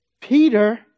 Peter